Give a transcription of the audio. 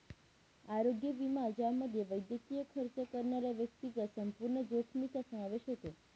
आरोग्य विमा ज्यामध्ये वैद्यकीय खर्च करणाऱ्या व्यक्तीच्या संपूर्ण जोखमीचा समावेश होतो